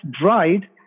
dried